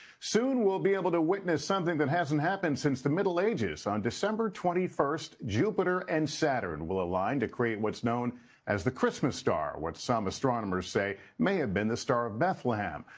soon we'll be able to witness something that hasn't happened since the middle ages. um december twenty first jupiter and saturn will align to create what's known as the christmas star what some astronomers say may have been the star of bethlehem.